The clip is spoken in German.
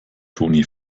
toni